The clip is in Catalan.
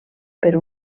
per